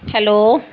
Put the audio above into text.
hello